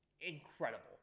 incredible